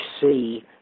see